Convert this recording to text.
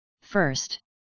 first